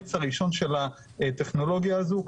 המאמץ הראשון של הטכנולוגיה הזאת.